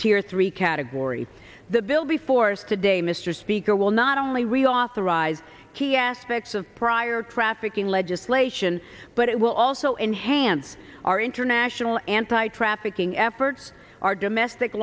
tears three category the bill be forced today mr speaker will not only reauthorize key aspects of prior trafficking legislation but it will also enhance our international anti trafficking efforts our domestic